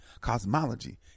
cosmology